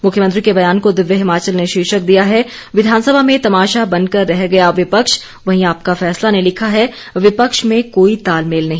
मुख्यमंत्री के बयान को दिव्य हिमाचल ने शीर्षक दिया है विधानसभा में तमाशा बनकर रह गया विपक्ष वहीं आपका फैसला ने लिखा है विपक्ष में कोई तालमेल नहीं